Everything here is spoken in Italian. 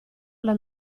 alla